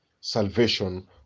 salvation